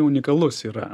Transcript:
unikalus yra